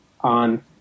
on